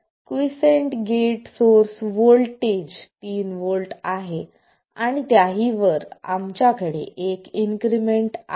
quiescent gate source voltage तीन volt आहे आणि त्याही वर आमच्याकडे एक इन्क्रिमेंट आहे